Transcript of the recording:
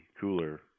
cooler